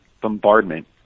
bombardment